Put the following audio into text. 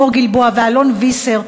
מור גלבוע ואלון ויסר,